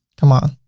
come on.